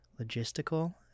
logistical